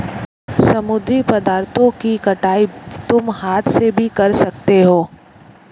समुद्री पदार्थों की कटाई तुम हाथ से भी कर सकते हो